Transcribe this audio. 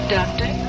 Doctor